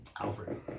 Alfred